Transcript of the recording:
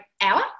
hour